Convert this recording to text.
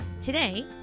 Today